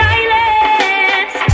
Silence